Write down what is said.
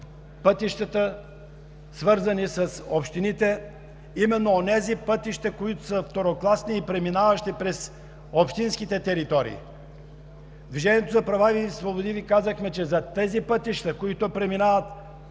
пътищата, свързани са с общините, именно онези пътища, които са второкласни и преминаващи през общинските територии. „Движението за права и свободи“ Ви казахме за тези пътища, които преминават